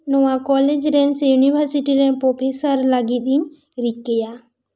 ᱱᱚᱣᱟ ᱠᱚᱞᱮᱡᱽ ᱥᱮ ᱭᱩᱱᱤᱵᱷᱟᱨᱥᱤᱴᱤ ᱨᱮᱱ ᱯᱚᱨᱯᱷᱮᱥᱟᱨ ᱞᱟᱹᱜᱤᱫ ᱤᱧ ᱨᱤᱠᱟᱹᱭᱟ